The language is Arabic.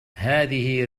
هذه